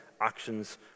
actions